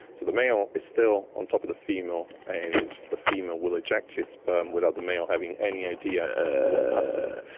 so the male is still on top of the female and the female will eject his sperm without the male having any idea of what's happened.